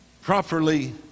properly